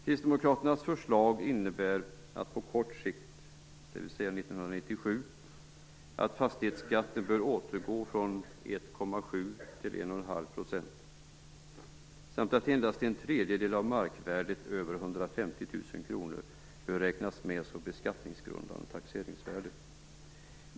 Kristdemokraternas förslag innebär på kort sikt, dvs. 1997, att fastighetsskatten bör återgå från 1,7 % 150 000 kr bör räknas med som beskattningsgrundande taxeringsvärde.